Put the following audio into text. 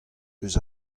eus